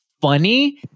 funny